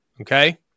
Okay